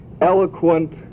eloquent